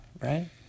right